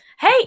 hey